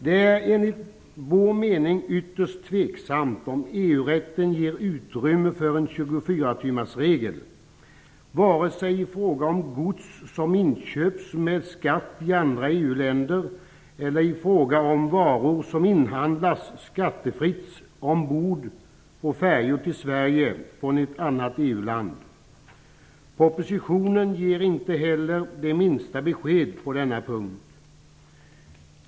Det är enligt vår mening ytterst tveksamt om EU rätten ger utrymme för en 24-timmarsregel vare sig i fråga om gods som inköpts med skatt i andra EU länder eller i fråga om varor som inhandlats skattefritt ombord på färjor till Sverige från ett annat EU-land. Propositionen ger inte heller det minsta besked på denna punkt.